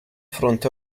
fronte